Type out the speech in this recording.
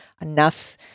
enough